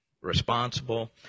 responsible